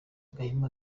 gahima